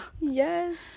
Yes